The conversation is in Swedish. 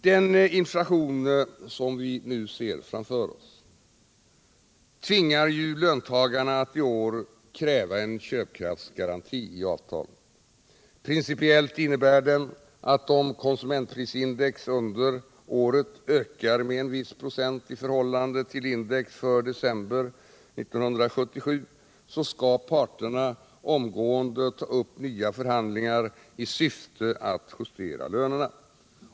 Den inflation som vi nu ser framför oss tvingar löntagarna att i år kräva en köpkraftsgaranti i avtalet. Principiellt innebär den att om konsumentprisindex under året ökar med en viss procent i förhållande till indexet för december 1977, så skall parterna omgående ta upp nya förhandlingar i syfte att justera lönerna.